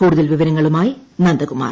കൂടുതൽ വിവരങ്ങളുമായി നന്ദകുമാർ